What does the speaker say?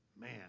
man